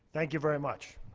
thank you very much.